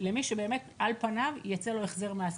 למי שעל פניו ייצא החזר מס,